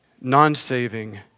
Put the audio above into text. non-saving